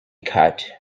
cut